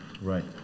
right